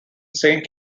saint